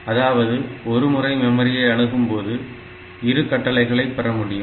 அதாவது ஒரு முறை மெமரியை அணுகும்போது இரு கட்டளைகளை பெறமுடியும்